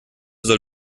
soll